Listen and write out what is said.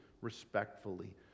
respectfully